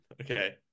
Okay